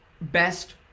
best